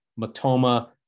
Matoma